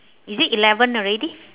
is it eleven already